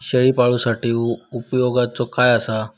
शेळीपाळूसाठी उपयोगाचा काय असा?